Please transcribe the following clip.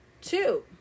Two